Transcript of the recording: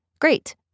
Great